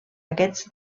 aquests